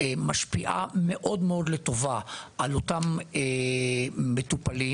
משפיע מאוד לטובה על אותם מטופלים,